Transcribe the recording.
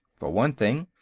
for one thing,